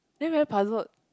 then very puzzled